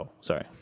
sorry